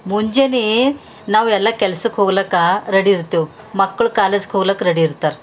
ಮುಂಜಾನೆ ನಾವು ಎಲ್ಲ ಕೆಲ್ಸಕ್ಕೆ ಹೋಗ್ಲಕ್ಕ ರೆಡಿ ಇರ್ತೇವು ಮಕ್ಕಳು ಕಾಲೇಜ್ಗೆ ಹೋಗ್ಲಕ್ಕ ರೆಡಿ ಇರ್ತಾರೆ